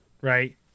right